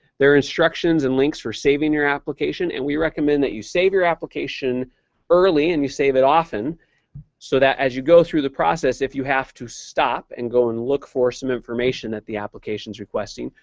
there are instructions and links for saving your application and we recommend that you save your application early and you save it often so that as you go through the process, if you have to stop and go and look for some information that the application's requesting,